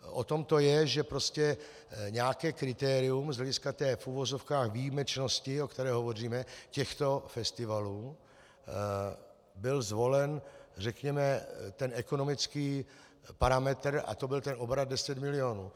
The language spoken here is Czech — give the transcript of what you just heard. O tom to je, že prostě nějaké kritérium z hlediska té v uvozovkách výjimečnosti, o které hovoříme, těchto festivalů, byl zvolen řekněme ten ekonomický parametr, a to byl ten obrat 10 milionů.